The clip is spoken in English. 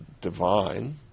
divine